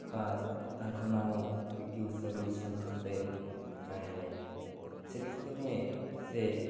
ବା ତାଙ୍କ ନାମ ପି ଟି ଉଷା ବୋଲି ସମସ୍ତେ ଜାଣିଲେ ସେତିକି ନୁହେଁ ସେ